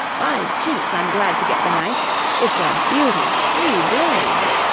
by jinks, i'm glad to get the knife it's a beauty, three blades!